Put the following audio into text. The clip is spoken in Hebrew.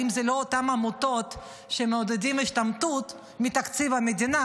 האם אלה לא אותן עמותות שמעודדות השתמטות מתקציב המדינה?